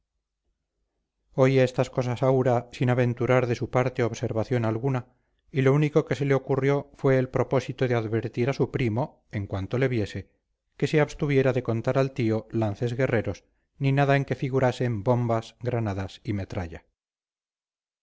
oía estas cosas aura sin aventurar de su parte observación alguna y lo único que se le ocurrió fue el propósito de advertir a su primo en cuanto le viese que se abstuviera de contar al tío lances guerreros ni nada en que figurasen bombas granadas y metralla